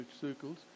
circles